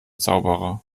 zauberer